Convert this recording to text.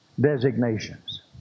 designations